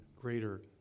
greater